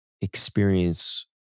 experience